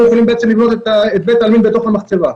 יכולים לבנות את בית העלמין בתוך המחצבה.